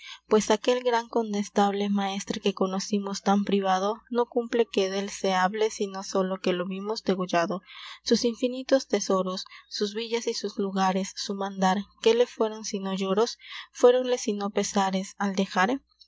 pues aquel gran condestable maestre que conoscimos tan priuado no cumple que del se hable sino solo que lo vimos degollado sus infinitos tesoros sus villas y sus lugares su mandar que le fueron sino lloros fueronle sino pesares al dexar